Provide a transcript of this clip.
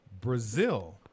Brazil